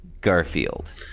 Garfield